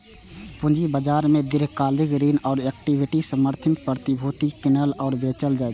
पूंजी बाजार मे दीर्घकालिक ऋण आ इक्विटी समर्थित प्रतिभूति कीनल आ बेचल जाइ छै